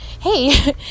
Hey